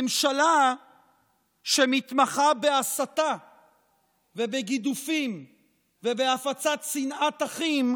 ממשלה שמתמחה בהסתה ובגידופים ובהפצת שנאת אחים,